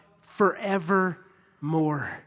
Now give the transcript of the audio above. forevermore